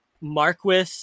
Marquis